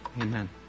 Amen